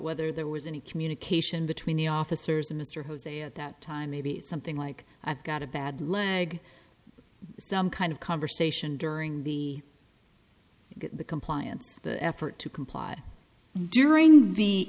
whether there was any communication between the officers and mr jose at that time maybe something like that got a bad leg some kind of conversation during the compliance the effort to comply during the